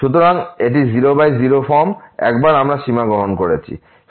সুতরাং 00 ফর্ম একবার আমরা সীমা গ্রহণ করি